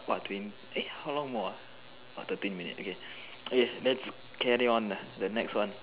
what doing eh how long more ah thirteen minute okay let's carry on the next one